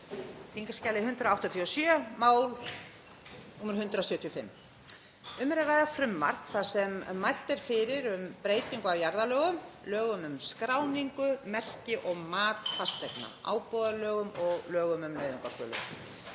á þskj. 187, mál nr. 175. Um er að ræða frumvarp þar sem mælt er fyrir um breytingu á jarðalögum, lögum um skráningu, merki og mat fasteigna, ábúðarlögum og lögum um nauðungarsölu.